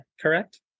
correct